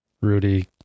Rudy